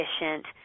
efficient